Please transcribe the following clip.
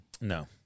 No